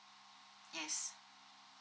yes